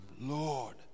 Lord